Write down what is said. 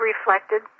reflected